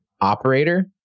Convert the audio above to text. operator